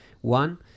One